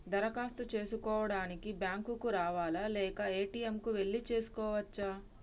దరఖాస్తు చేసుకోవడానికి బ్యాంక్ కు రావాలా లేక ఏ.టి.ఎమ్ కు వెళ్లి చేసుకోవచ్చా?